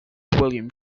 william